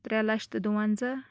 ترٛےٚ لَچھ تہٕ دُوَنزاہ